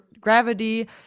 gravity